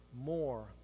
more